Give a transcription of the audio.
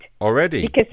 already